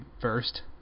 first